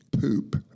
poop